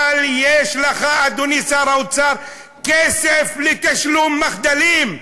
אבל יש לך, אדוני שר האוצר, כסף לתשלום מחדלים,